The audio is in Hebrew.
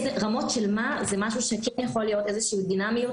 רמות של מה זה משהו שכן יכול להיות איזה שהיא דינמיות